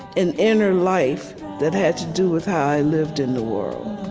an inner life that had to do with how i lived in the world